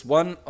one